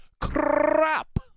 crap